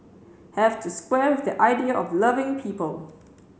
have to square with the idea of loving people